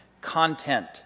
content